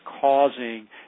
causing